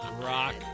Rock